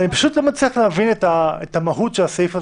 אני פשוט לא מצליח להבין את המהות של הסעיף הזה.